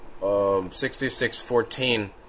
6614